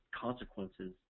consequences